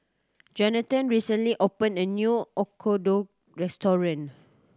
Jonathon recently opened a new Oyakodon Restaurant